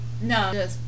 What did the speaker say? No